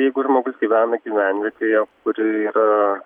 jeigu žmogus gyvena gyvenvietėje kuri yra